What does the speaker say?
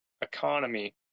economy